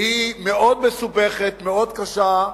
שהיא מאוד מסובכת, מאוד קשה,